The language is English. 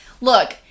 Look